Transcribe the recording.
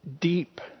deep